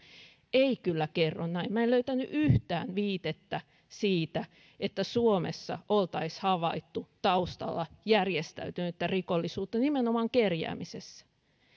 eivät kyllä kerro näin minä en löytänyt yhtään viitettä siitä että suomessa oltaisiin havaittu taustalla järjestäytynyttä rikollisuutta nimenomaan kerjäämisessä